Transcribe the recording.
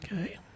Okay